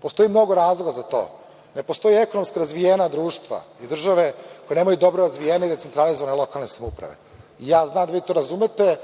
Postoji mnogo razloga za to. Ne postoje ekonomski razvijena društva i države koje nemaju dobro razvijene i centralizovane lokalne samouprave. Ja znam da vi to razumete